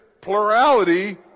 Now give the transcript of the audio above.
plurality